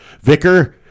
vicar